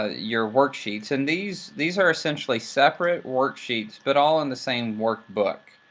ah your worksheets. and these these are essentially separate worksheets, but all in the same workbook.